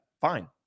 Fine